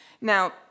Now